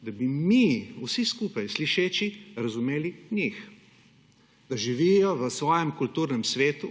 da bi mi vsi skupaj slišeči razumeli njih, da živijo v svojem kulturnem svetu